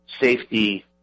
safety